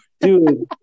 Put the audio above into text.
Dude